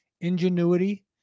ingenuity